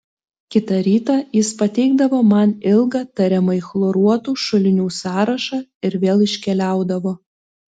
kitą rytą jis pateikdavo man ilgą tariamai chloruotų šulinių sąrašą ir vėl iškeliaudavo